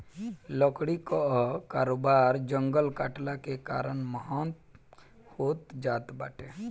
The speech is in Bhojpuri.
लकड़ी कअ कारोबार जंगल कटला के कारण महँग होत जात बाटे